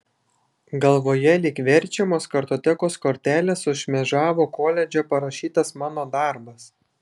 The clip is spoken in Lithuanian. galvoje lyg verčiamos kartotekos kortelės sušmėžavo koledže parašytas mano darbas